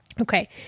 Okay